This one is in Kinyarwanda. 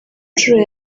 nshuro